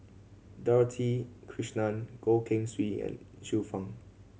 Dorothy Krishnan Goh Keng Swee and Xiu Fang